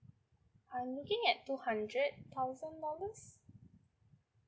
I'm looking at two hundred thousand dollars